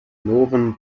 northern